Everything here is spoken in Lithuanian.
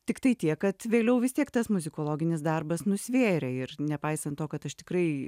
tiktai tiek kad vėliau vis tiek tas muzikologinis darbas nusvėrė ir nepaisant to kad aš tikrai